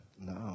No